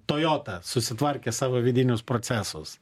toyota susitvarkė savo vidinius procesus